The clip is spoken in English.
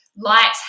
light